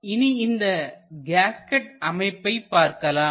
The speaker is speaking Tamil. இனி இந்த கேஸ்கட் அமைப்பை பார்க்கலாம்